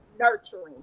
nurturing